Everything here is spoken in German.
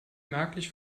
merklich